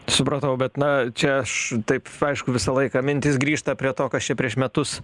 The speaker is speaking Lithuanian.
supratau bet na čia aš taip aišku visą laiką mintys grįžta prie to kas čia prieš metus